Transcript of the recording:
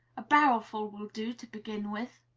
a barrowful will do, to begin with.